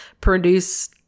produce